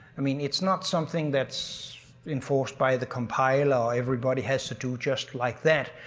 i mean, it's not something that it's enforced by the compiler or everybody has to do just like that,